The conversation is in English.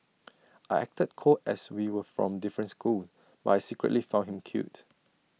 I acted cold as we were from different schools but I secretly found him cute